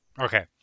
okay